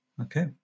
Okay